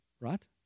right